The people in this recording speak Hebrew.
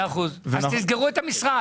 אז תסגרו את המשרד.